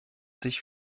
sich